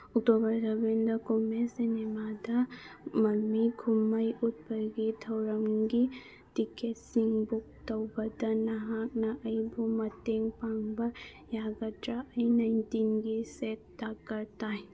October ꯁꯕꯦꯟꯗ ꯀꯨꯃꯦꯁ ꯁꯤꯅꯤꯃꯥꯗ ꯃꯃꯤ ꯀꯨꯝꯍꯩ ꯎꯠꯄꯒꯤ ꯊꯧꯔꯝꯒꯤ ꯇꯤꯛꯀꯦꯠꯁꯤꯡ ꯕꯨꯛ ꯇꯧꯕꯗ ꯅꯍꯥꯛꯅ ꯑꯩꯕꯨ ꯃꯇꯦꯡ ꯄꯥꯡꯕ ꯌꯥꯒꯗ꯭ꯔ ꯑꯩ ꯅꯥꯏꯟꯇꯤꯟꯒꯤ ꯁꯦꯠ ꯗꯔꯀꯥꯔ ꯇꯥꯏ